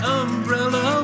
umbrella